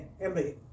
Emily